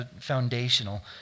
foundational